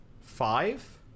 five